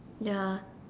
ya